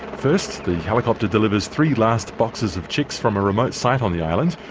first, the helicopter delivers three last boxes of chicks from a remote site on the island.